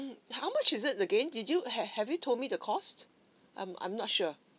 how much is it again did you have have you told me the cost I'm I'm not sure